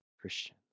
Christians